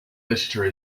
literature